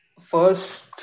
First